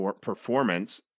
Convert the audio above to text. performance